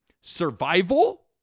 survival